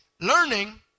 Learning